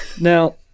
Now